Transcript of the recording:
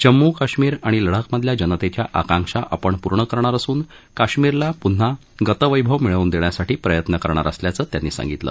जम्मू काश्मीर आणि लडाखमधल्या जनतव्या आकांक्षा आपण पूर्ण करणार असून काश्मीरला पुन्हा गतवधि मिळवून दख्यासाठी प्रयत्न करणार असल्याचं त्यांनी सांगितलं